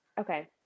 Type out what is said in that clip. okay